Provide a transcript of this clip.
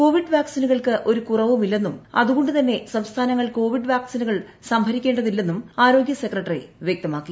Covid വാക്സിനുകൾക്ക് ഒരു കുറവുമില്ലെന്നും അതുകൊണ്ട് തന്നെ സംസ്ഥാനങ്ങൾ കോവിഡ് വാക്സിനുകൾ സംഭരിക്കേണ്ടതില്ലെന്നും ആരോഗ്യ സെക്രട്ടറി വൃക്തമാക്കി